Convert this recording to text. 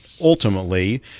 ultimately